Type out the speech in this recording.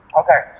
okay